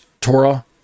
Torah